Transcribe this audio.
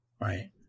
Right